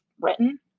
written